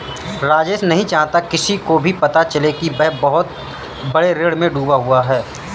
राजेश नहीं चाहता किसी को भी पता चले कि वह बहुत बड़े ऋण में डूबा हुआ है